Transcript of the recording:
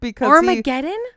Armageddon